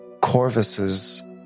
Corvus's